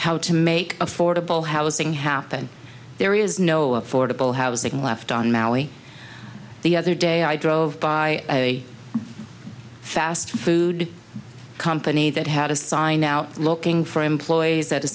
how to make affordable housing happen there is no affordable housing left on maui the other day i drove by a fast food company that had a sign out looking for employees that